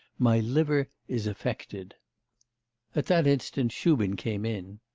my liver is affected at that instant shubin came in.